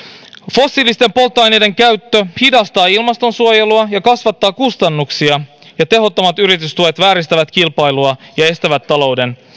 fossiilisten polttoaineiden käyttö hidastaa ilmastonsuojelua ja kasvattaa kustannuksia ja tehottomat yritystuet vääristävät kilpailua ja estävät talouden